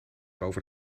over